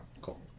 cool